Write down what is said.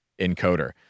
encoder